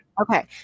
Okay